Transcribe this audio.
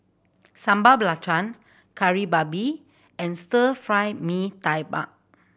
Sambal Belacan Kari Babi and Stir Fry Mee Tai Mak